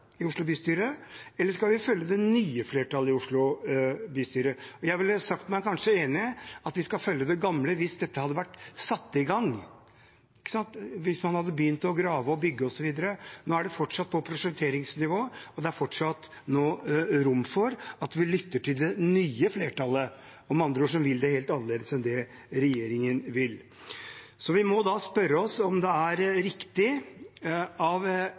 i Oslo bystyre, eller skal vi følge det nye flertallet i Oslo bystyre? Jeg ville kanskje sagt meg enig i at vi skal følge det gamle hvis dette hadde vært satt i gang, hvis man hadde begynt å grave og bygge. Nå er det fortsatt på prosjekteringsnivå, og det er fortsatt rom for at vi lytter til det nye flertallet, som vil det helt annerledes enn det regjeringen vil. Vi må spørre oss om det er riktig av